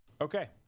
Okay